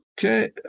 Okay